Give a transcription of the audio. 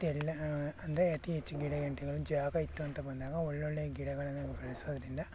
ತೆಳ್ಳ ಅಂದರೆ ಅತಿ ಹೆಚ್ಚು ಗಿಡ ಗಂಟಿಗಳು ಜಾಗ ಇತ್ತು ಅಂತ ಬಂದಾಗ ಒಳ್ಳೊಳ್ಳೆ ಗಿಡಗಳನ್ನು ಬೆಳೆಸೋದ್ರಿಂದ